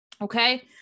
Okay